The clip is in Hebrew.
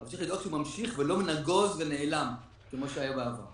צריך לדאוג שהוא ממשיך ולא נגוז ונעלם כמו שהיה בעבר.